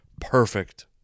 perfect